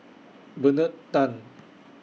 Bernard Tan